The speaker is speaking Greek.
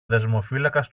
δεσμοφύλακας